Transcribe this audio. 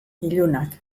ilunak